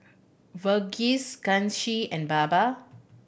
Verghese Kanshi and Baba